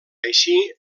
així